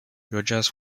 rogers